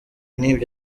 n’ibyo